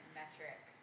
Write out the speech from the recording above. metric